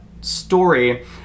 Story